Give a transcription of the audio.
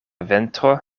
ventro